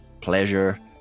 pleasure